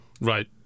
Right